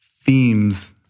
themes